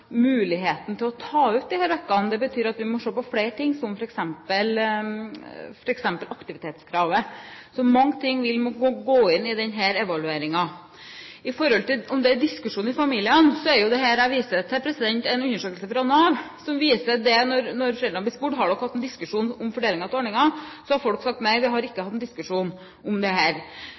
muligheten til å ta ut disse ukene. Det betyr at vi må se på flere ting, som f.eks. aktivitetskravet. Så mange ting vil gå inn i denne evalueringen. Til spørsmålet om det er diskusjon i familiene, er det jeg viser til, en undersøkelse fra Nav. Den viser at når foreldrene er blitt spurt om de har hatt en diskusjon om fordelingen av ordningen, har de svart nei, vi har ikke hatt noen diskusjon om dette. Ja, det